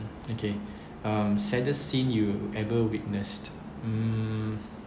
okay um saddest scene you ever witnessed mm